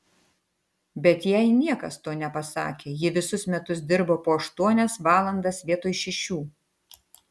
bet jai niekas to nepasakė ji visus metus dirbo po aštuonias valandas vietoj šešių